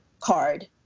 card